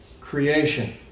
creation